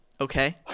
Okay